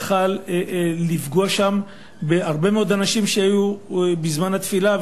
זה היה עלול לפגוע שם בהרבה מאוד אנשים שהיו בזמן התפילה,